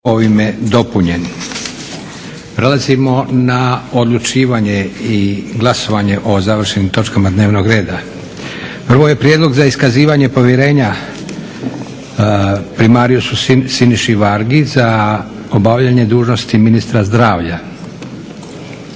Josip (SDP)** Prelazimo na odlučivanje i glasovanje o završenim točkama dnevnog reda. Prvo je - Prijedlog za iskazivanje povjerenja prim. Siniši Vargi, dr.med.dent., za obavljanje dužnosti ministra zdravlja